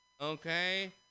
okay